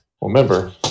Remember